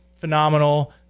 phenomenal